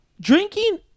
Drinking